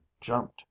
jumped